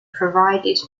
provided